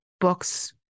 books